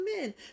men